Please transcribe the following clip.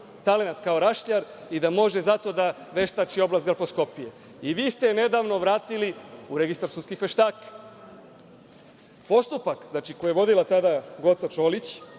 talenat kao rašljar i da može zato da veštači oblast grafoskopije. I vi ste je nedavno vratili u registar sudskih veštaka. Postupak koji je vodila tada Goca Čolić